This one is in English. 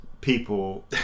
people